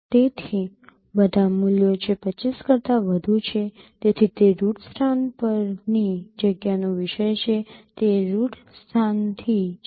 તેથી બધા મૂલ્યો જે ૨૫ કરતા વધુ છે તેથી તે રૂટ સ્થાન પરની જગ્યાનો વિષય છે તે રૂટ સ્થાનથી છે